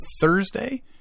Thursday